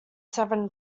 seven